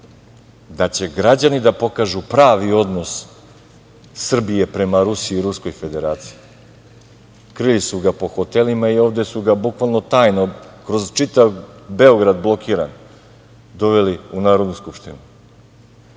da će građani da pokažu pravi odnos Srbije prema Rusiji i Ruskoj Federaciji. Krili su ga po hotelima i ovde su ga bukvalno tajno, kroz čitav Beograd blokiran doveli u Narodnu skupštinu.